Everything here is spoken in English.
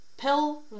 Pill